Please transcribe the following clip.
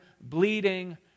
bleeding